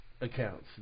accounts